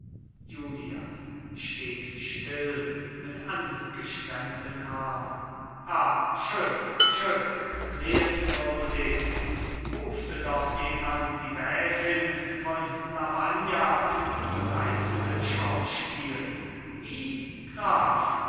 julia steht still mit angestemmten armen ah schön schön sehenswürdig rufte doch jemand die gräfin von lavagna zu diesem reizenden schauspiel wie graf